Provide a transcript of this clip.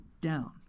down